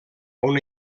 una